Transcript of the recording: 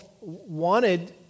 wanted